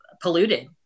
polluted